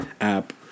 app